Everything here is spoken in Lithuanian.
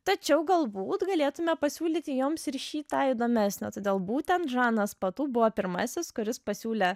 tačiau galbūt galėtume pasiūlyti joms ir šį tą įdomesnio todėl būtent žanas patu buvo pirmasis kuris pasiūlė